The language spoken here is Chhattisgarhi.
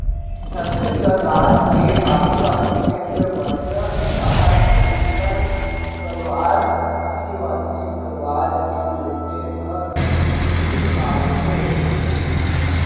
छत्तीसगढ़ राज के आदिवासी छेत्र बस्तर डाहर अधिकतर परवार आदिवासी परवार के मनखे ह कुकरी पालथें